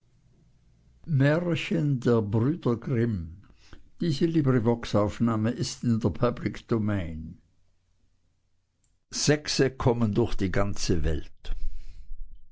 sechse kommen durch die ganze welt